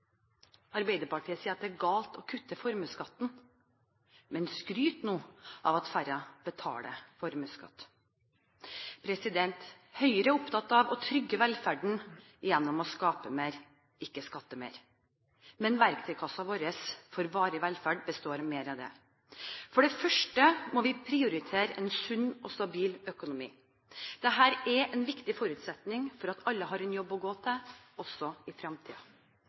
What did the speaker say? Arbeiderpartiet sier at det er galt å kutte formuesskatten, men skryter nå av at færre betaler formuesskatt. Høyre er opptatt av å trygge velferden gjennom å skape mer, ikke skatte mer. Men verktøykassen vår for varig velferd består av mer enn det. For det første må vi prioritere en sunn og stabil økonomi. Det er en viktig forutsetning for at alle har en jobb å gå til, også i